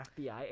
FBI